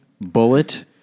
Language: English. bullet